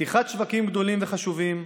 פתיחת שווקים גדולים וחשובים,